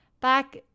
Back